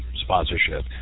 sponsorship